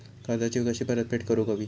कर्जाची कशी परतफेड करूक हवी?